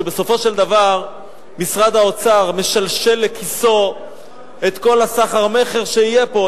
שבסופו של דבר משרד האוצר משלשל לכיסו את כל הסחר-מכר שיהיה פה,